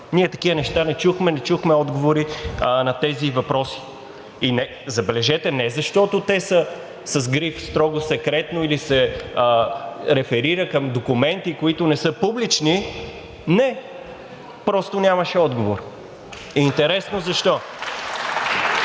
Ние такива неща не чухме, не чухме отговори на тези въпроси. Забележете, не защото те са с гриф „Строго секретно“ или се реферират към документи, които не са публични – не, просто нямаше отговор. (Ръкопляскания